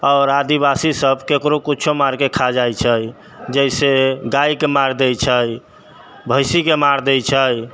आओर आदिवासीसब ककरो किछु मारिकऽ खा जाइ छै जइसे गाइके मारि दै छै भैँसीके मारि दै छै